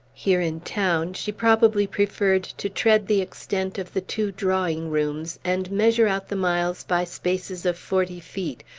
here in town, she probably preferred to tread the extent of the two drawing-rooms, and measure out the miles by spaces of forty feet,